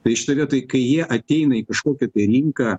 tai šitoj vietoj kai jie ateina į kažkokią tai rinką